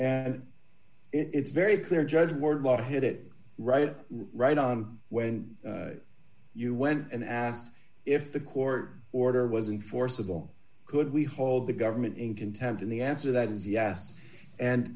and it's very clear judge wardlaw hit it right right on when you went and asked if the court order was in forcible could we hold the government in contempt and the answer that is yes and